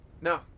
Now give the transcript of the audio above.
No